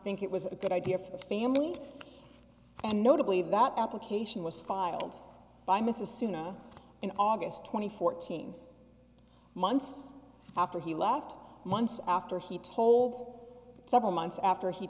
think it was a good idea for the family and notably that application was filed by mrs suna on august twenty fourth teen months after he left months after he told several months after he